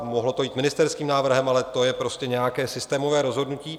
Mohlo to jít ministerským návrhem, ale to je prostě nějaké systémové rozhodnutí.